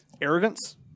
Arrogance